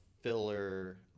filler